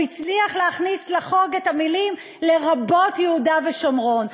הוא הצליח להכניס לחוק את המילים: "לרבות יהודה ושומרון".